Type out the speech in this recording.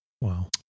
Wow